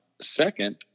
Second